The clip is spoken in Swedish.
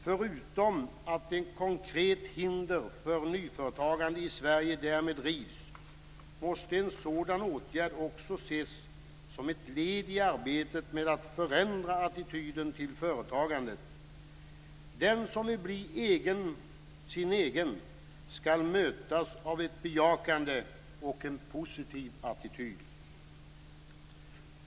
Förutom att ett konkret hinder för nyföretagandet i Sverige därmed rivs måste en sådan åtgärd också ses som ett led i arbetet med att förändra attityderna till företagandet. Den som vill bli sin egen skall mötas av en bejakande och positiv attityd.